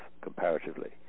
comparatively